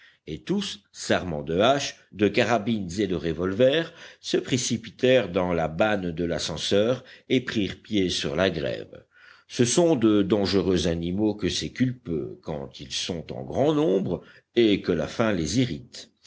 et tous s'armant de haches de carabines et de revolvers se précipitèrent dans la banne de l'ascenseur et prirent pied sur la grève ce sont de dangereux animaux que ces culpeux quand ils sont en grand nombre et que la faim les irrite